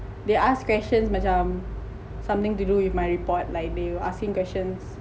they ask questions macam something to do with my report like they will asking questions